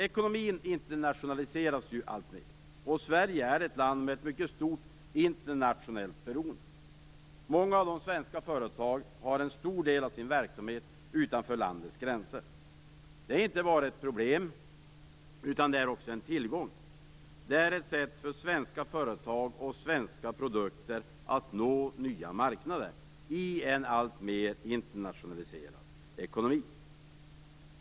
Ekonomin internationaliseras alltmer, och Sverige är ett land med ett mycket stort internationellt beroende. Många svenska företag har en stor del av sin verksamhet utanför landets gränser. Det är inte bara ett problem utan också en tillgång. Det är ett sätt för svenska företag och svenska produkter att nå nya marknader i en alltmer internationaliserad ekonomi.